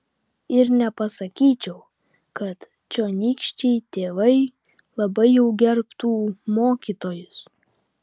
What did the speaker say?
ir nepasakyčiau kad čionykščiai tėvai labai jau gerbtų mokytojus